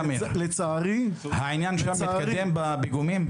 העניין שם בפיגומים מתקדם?